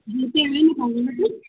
जी Pay आहे न तव्हां जे वटि